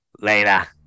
later